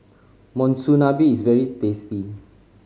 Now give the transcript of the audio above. monsunabe is very tasty